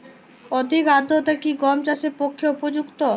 অধিক আর্দ্রতা কি গম চাষের পক্ষে উপযুক্ত?